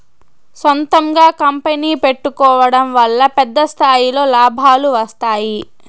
సొంతంగా కంపెనీ పెట్టుకోడం వల్ల పెద్ద స్థాయిలో లాభాలు వస్తాయి